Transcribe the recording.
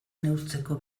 neurtzeko